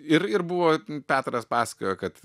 ir ir buvo petras pasakojo kad